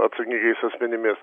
atsakingais asmenimis